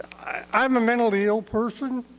i'm a mentally ill person.